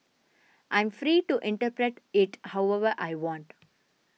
I'm free to interpret it however I want